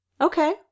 Okay